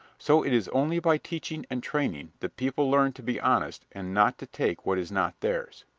so it is only by teaching and training that people learn to be honest and not to take what is not theirs.